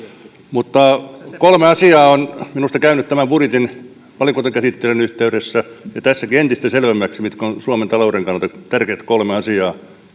kolme asiaa on minusta käynyt budjetin valiokuntakäsittelyn yhteydessä ja tässäkin entistä selvemmäksi mitkä ovat suomen talouden kannalta tärkeät kolme asiaa